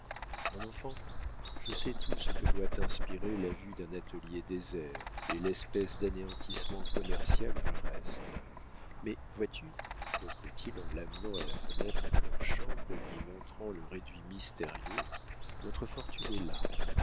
mon enfant je sais tout ce que doit t'inspirer la vue d'un atelier désert et l'espèce d'anéantissement commercial où je reste mais vois-tu reprit-il en l'amenant à la fenêtre de leur chambre et lui montrant le réduit mystérieux notre fortune est là